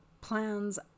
plans